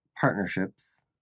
partnerships